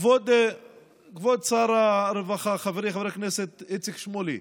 כבוד שר הרווחה חברי חבר הכנסת איציק שמולי,